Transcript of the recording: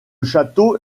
château